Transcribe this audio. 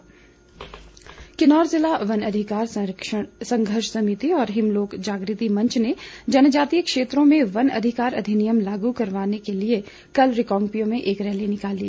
rally Kinnaur ज़िला वन अधिकार संघर्ष समिति और हिमलोक जागृति मंच ने जनजातीय क्षेत्रों में वन अधिकार अधिनियम लागू करवाने के लिए कल रिकांगपिओ में एक रैली निकाली